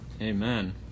Amen